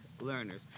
learners